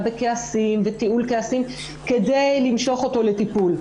בכעסים ותיעול כעסים כדי למשוך אותו לטיפול.